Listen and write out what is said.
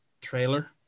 trailer